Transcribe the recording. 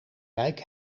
wijk